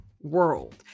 world